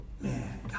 Man